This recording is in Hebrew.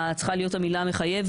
אלא צריכה להיות המילה מחייבת.